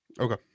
Okay